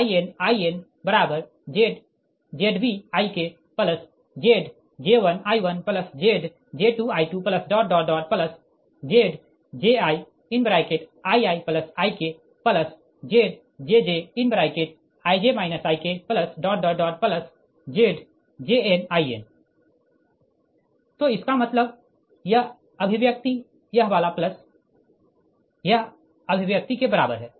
तो इसका मतलब यह अभिव्यक्ति यह वाला प्लस यह अभिव्यक्ति के बराबर है